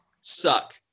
suck